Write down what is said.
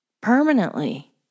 permanently